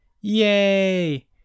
yay